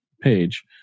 page